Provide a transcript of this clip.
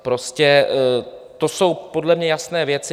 Prostě to jsou podle mě jasné věci.